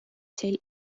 sellise